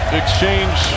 exchange